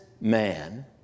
man